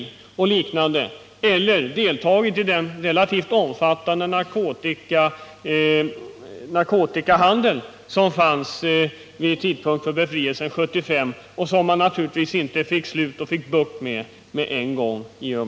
Eller också har de deltagit i den relativt omfattande narkotikahandel som fanns vid tidpunkten för befrielsen år 1975 och som man naturligtvis inte lyckades få bukt med på en gång.